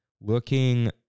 looking